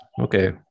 okay